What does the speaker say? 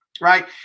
right